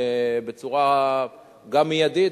בצורה גם מיידית,